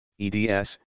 EDS